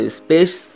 space